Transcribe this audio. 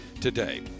today